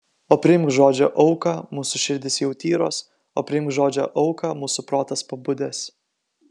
o priimk žodžio auką mūsų širdys jau tyros o priimk žodžio auką mūsų protas pabudęs